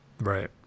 Right